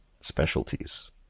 specialties